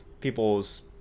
people's